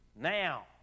Now